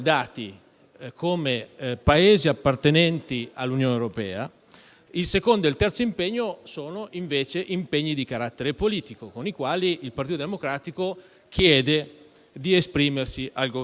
come Paesi appartenenti all'Unione europea, il secondo e il terzo impegno sono, invece, impegni di carattere politico, con i quali il Partito Democratico chiede di esprimersi al Governo.